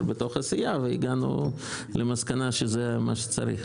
בתוך הסיעה והגענו למסקנה שזה מה שצריך.